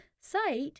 sight